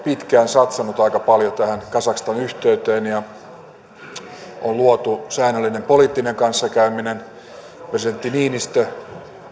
pitkään satsannut aika paljon tähän kazakstan yhteyteen ja on luotu säännöllinen poliittinen kanssakäyminen presidentti niinistö